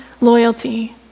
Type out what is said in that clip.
loyalty